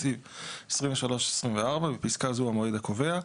התקציב 2023 ו-2024) (בפסקה זו המועד הקובע),